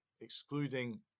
excluding